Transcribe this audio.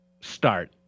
start